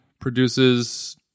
produces